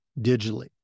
digitally